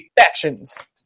factions